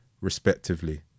respectively